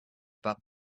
about